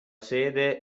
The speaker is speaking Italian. sede